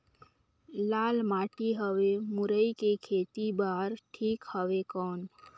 लाल माटी हवे मुरई के खेती बार ठीक हवे कौन?